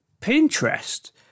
pinterest